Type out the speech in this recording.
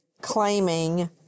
claiming